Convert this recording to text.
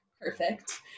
Perfect